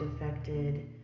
affected